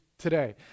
today